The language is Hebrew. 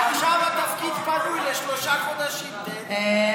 עכשיו התפקיד פנוי, לשלושת החודשים הבאים.